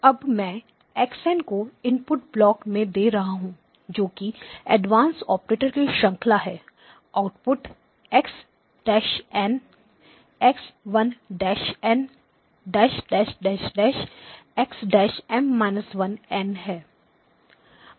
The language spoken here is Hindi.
अब मैं xn को इनपुट ब्लॉक में दे रहा हूं जोकि एडवांस ऑपरेटर की श्रंखला है आउटपुट x0n x1nxM 1n है